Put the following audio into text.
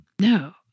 No